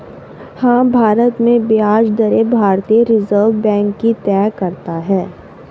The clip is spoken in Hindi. हाँ, भारत में ब्याज दरें भारतीय रिज़र्व बैंक ही तय करता है